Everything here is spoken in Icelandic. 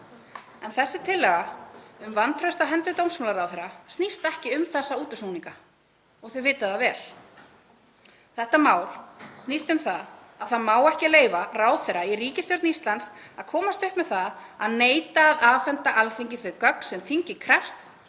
en þessi tillaga um vantraust á hendur dómsmálaráðherra snýst ekki um þessa útúrsnúninga og þau vita það vel. Þetta mál snýst um það að það má ekki leyfa ráðherra í ríkisstjórn Íslands að komast upp með það að neita að afhenda Alþingi þau gögn sem þingið krefst